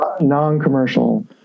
Non-commercial